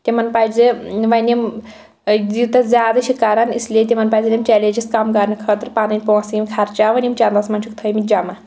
تِمَن پَزِ وۄنۍ یِم ٲں یوٗتاہ زیادٕ چھِ کَران اِس لیے تِمَن پَزِ یِم چَلینٛجِس کَم کَرنہٕ خٲطرٕ پَنٕنۍ پونٛسہٕ یِم خَرچاوٕنۍ یِم چَنٛدَس منٛز چھِکھ تھٲیمِتۍ جمع